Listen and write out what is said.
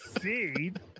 seed